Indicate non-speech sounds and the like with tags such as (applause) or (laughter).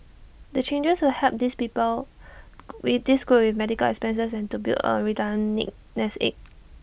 the changes will help this people with (unintelligible) medical expenses and to build A retirement nest egg